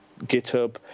GitHub